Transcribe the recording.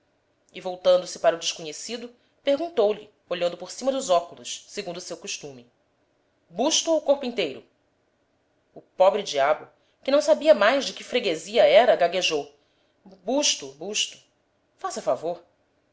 e voltando-se para o desconhecido perguntou-lhe olhando por cima dos óculos segundo o seu costume busto ou corpo inteiro o pobre diabo que não sabia mais de que freguesia era gaguejou busto busto faça favor